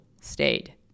stayed